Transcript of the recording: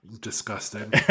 Disgusting